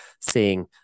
seeing